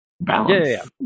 balance